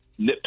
nitpick